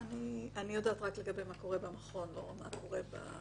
יפעת, מה רצית להגיד על